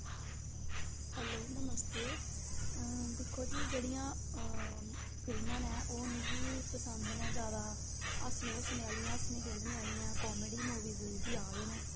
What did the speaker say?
hello नमस्तो दिक्खो जी जेह्ड़ियां फिल्मां नै ओह् मिगी पसंद नै जैदा हसने हुसने आह्लियां हस्सने खेढ़ने आह्लियां कामेडी मूवीस जिसी आखदे नै